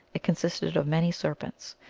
it consisted of many serpents.